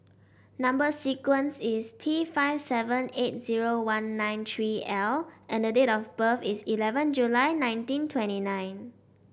number sequence is T five seven eight zero one nine three L and the date of birth is eleven July nineteen twenty nine